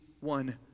one